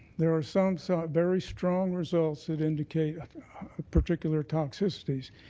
there are some so very strong results that indicate particular toxicities,